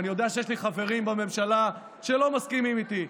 ואני יודע שיש לי חברים בממשלה שלא מסכימים איתי,